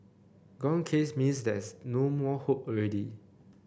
gone case means there's no more hope already